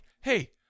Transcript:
hey